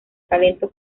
talento